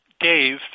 Dave